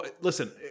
listen